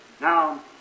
Now